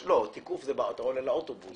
תיקוף זה כאשר אתה עולה לאוטובוס.